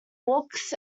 books